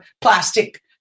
plastic